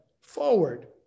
forward